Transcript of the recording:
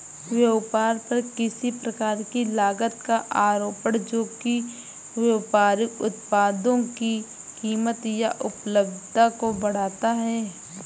व्यापार पर किसी प्रकार की लागत का आरोपण जो कि व्यापारिक उत्पादों की कीमत या उपलब्धता को बढ़ाता है